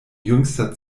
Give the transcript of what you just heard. jüngster